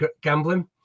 gambling